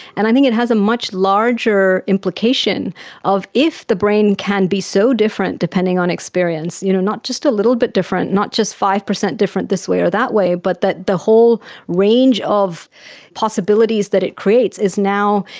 and i think it has a much larger implication of if the brain can be so different depending on experience, you know not just a little bit different, not just five percent different this way or that way but that the whole range of possibilities that it creates is now,